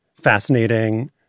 fascinating